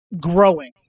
growing